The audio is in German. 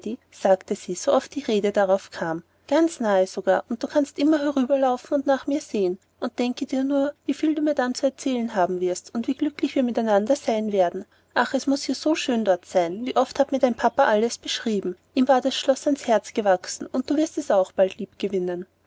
sagte sie so oft die rede darauf kam ganz nahe sogar und du kannst immer herüberlaufen und nach mir sehen und denke dir nur wieviel du mir dann zu erzählen haben wirst und wie glücklich wir miteinander sein werden ach es muß ja so schön dort sein wie oft hat mir dein papa alles beschrieben ihm war das schloß ganz ans herz gewachsen und du wirst es auch bald